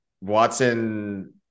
Watson